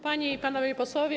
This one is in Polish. Panie i Panowie Posłowie!